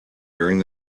during